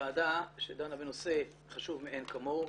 וועדה שדנה בנושא חשוב מאין כמוהו,